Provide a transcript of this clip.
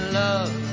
love